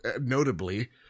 notably